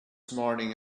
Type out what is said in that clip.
morning